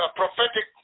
prophetic